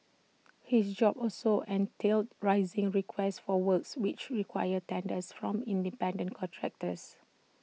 his job also entailed raising requests for works which required tenders from independent contractors